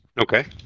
Okay